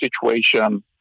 situation